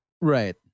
right